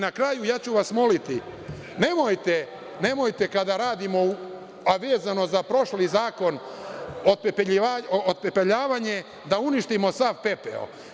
Na kraju, ja ću vas moliti, nemojte kada radimo, a vezano za prošli zakon, otpepeljavanje, da uništimo sav pepeo.